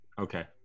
okay